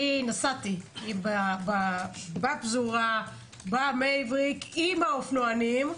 אני נסעתי בפזורה עם האופנוענים,